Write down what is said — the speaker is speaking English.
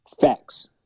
Facts